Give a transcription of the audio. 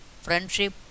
friendship